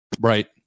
right